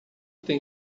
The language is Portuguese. tem